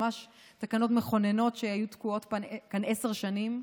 ממש תקנות מכוננות שהיו תקועות כאן עשר שנים.